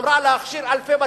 אמרה, להכשיר אלפי בתים.